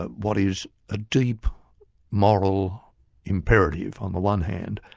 what is a deep moral imperative on the one hand,